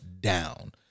down